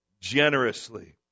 generously